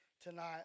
Tonight